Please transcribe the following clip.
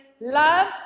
Love